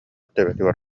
төбөтүгэр